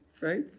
Right